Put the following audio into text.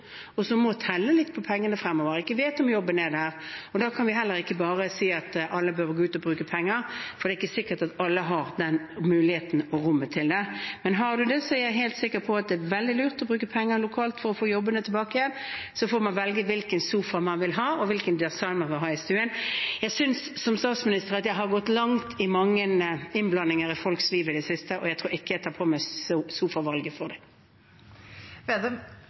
og som må telle pengene litt fremover og ikke vet om jobben er der. Da kan vi heller ikke bare si at alle bør gå ut og bruke penger, for det er ikke sikkert at alle har muligheten og handlingsrommet til det. Men har du det, er jeg helt sikker på at det er veldig lurt å bruke penger lokalt for å få jobbene tilbake igjen. Og så får man velge hvilken sofa man vil ha, og hvilken design man vil ha i stuen. Jeg synes som statsminister at jeg har gått langt i mange innblandinger i folks liv i det siste, og jeg tror ikke jeg tar på meg sofavalget for dem. Det